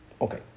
Okay